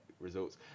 results